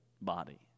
body